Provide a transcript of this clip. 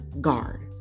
Guard